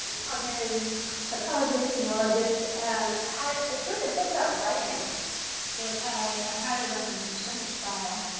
cognitive psychologist neurologist um has a terrific book about writing that i highly recommend the sense of style,